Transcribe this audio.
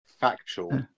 Factual